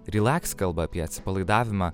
relax kalba apie atsipalaidavimą